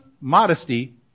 modesty